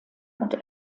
und